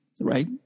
right